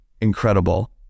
incredible